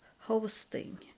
hosting